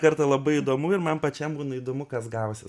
kartą labai įdomu ir man pačiam būna įdomu kas gausis